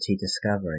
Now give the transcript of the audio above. discovery